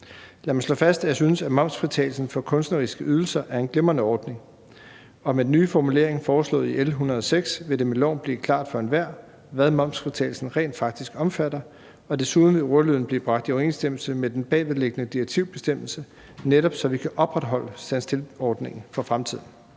Lad mig slå fast, at jeg synes, at momsfritagelsen for kunstneriske ydelser er en glimrende ordning, og med den nye formulering foreslået i L 106 vil det med loven blive klart for enhver, hvad momsfritagelsen rent faktisk omfatter. Og desuden vil ordlyden blive bragt i overensstemmelse med den bagvedliggende direktivbestemmelse, netop så vi kan opretholde stand still-ordningen for fremtiden.